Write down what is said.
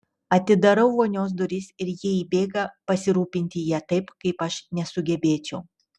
atidarau vonios duris ir jie įbėga pasirūpinti ja taip kaip aš nesugebėčiau